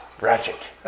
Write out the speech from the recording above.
Ratchet